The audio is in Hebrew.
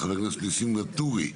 חבר הכנסת ניסים ואטורי,